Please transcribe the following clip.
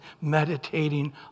meditating